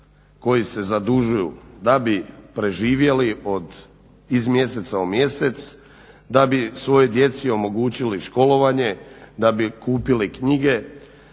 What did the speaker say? koji se zadužuju da bi preživjeli iz mjeseca u mjesec, da bi svojoj djeci omogućili školovanje da bi kupili knjige